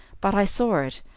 but i saw it,